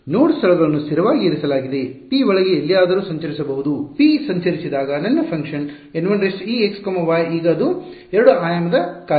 ನೋಡ್ ಸ್ಥಳಗಳನ್ನು ಸ್ಥಿರವಾಗಿ ಇರಿಸಲಾಗಿದೆ ಪಿ ಒಳಗೆ ಎಲ್ಲಿಯಾದರೂ ಸಂಚರಿಸಬಹುದು ಪಿ ಸಂಚರಿಸಿದಾಗ ನನ್ನ ಫಂಕ್ಷನ್ N 1ex y ಈಗ ಅದು 2 ಆಯಾಮದ ಕಾರ್ಯ